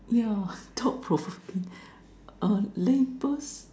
yeah thought provoking uh labels